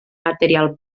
material